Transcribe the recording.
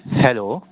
hello